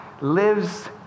lives